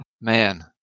Man